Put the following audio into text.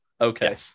Okay